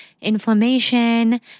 inflammation